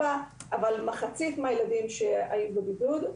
מדובר במחצית מהילדים שהיו בבידוד.